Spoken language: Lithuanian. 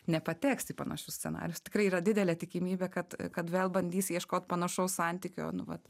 nepateksi į panašius scenarijus tikrai yra didelė tikimybė kad kad vėl bandys ieškot panašaus santykio nu vat